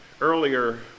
earlier